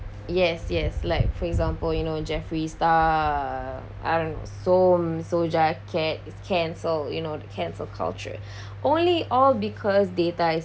yes yes like for example you know jeffree star I don't know some doja cat is cancelled you know the cancel culture only all because data is